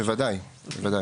בוודאי.